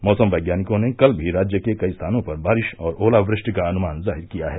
मौसम वैज्ञानिकों ने कल भी राज्य के कई स्थानों पर बारिश और ओलावृष्टि का अनुमान जाहिर किया है